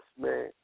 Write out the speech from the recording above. man